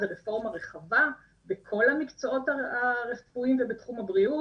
זאת רפורמה רחבה בכל המקצועות הרפואיים ובתחום הבריאות.